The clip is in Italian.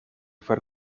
far